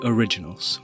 Originals